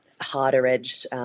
harder-edged